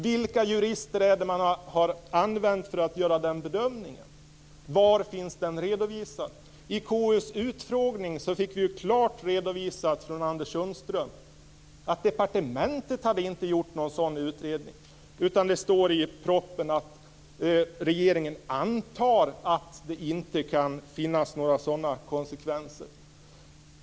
Vilka jurister har man använt sig av för att göra den bedömningen och var finns den redovisad? Vid KU:s utfrågning fick vi klart redovisat av Anders Sundström att departementet inte hade gjort en sådan här utredning. I stället står det i propositionen att regeringen antar att det inte kan finnas några sådana konsekvenser.